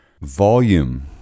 volume